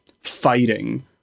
fighting